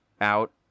out